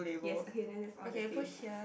yes okay then that's all the same